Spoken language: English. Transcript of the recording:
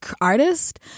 artist